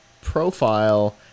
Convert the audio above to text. profile